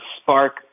spark